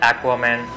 Aquaman